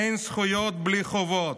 אין זכויות בלי חובות.